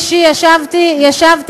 של המדינה כמדינת הלאום של העם היהודי יגבר.